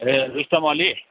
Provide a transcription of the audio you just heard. ए Rustam Ali